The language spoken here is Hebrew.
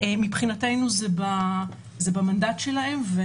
מבחינתנו זה במנדט שלהם.